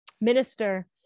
minister